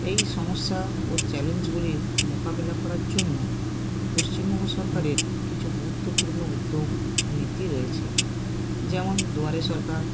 এই সমস্যা ও চ্যালেঞ্জগুলির মোকাবিলা করার জন্য পশ্চিমবঙ্গ সরকারের কিছু গুরুত্বপূর্ণ উদ্যোগনীতি রয়েছে যেমন দুয়ারে সরকার